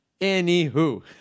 Anywho